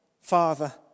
Father